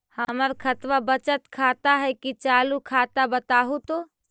हमर खतबा बचत खाता हइ कि चालु खाता, बताहु तो?